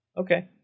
Okay